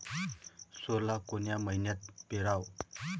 सोला कोन्या मइन्यात पेराव?